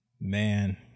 man